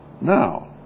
Now